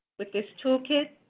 with this toolkit,